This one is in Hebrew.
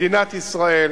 מדינת ישראל,